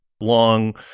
long